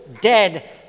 dead